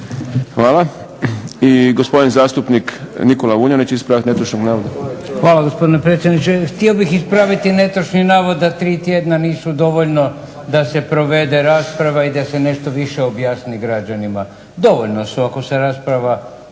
navoda. **Vuljanić, Nikola (Hrvatski laburisti - Stranka rada)** Hvala gospodine predsjedniče. Htio bih ispraviti netočni navod da tri tjedna nisu dovoljno da se provede rasprava i da se nešto više objasni građanima. Dovoljno su ako se rasprava